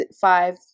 five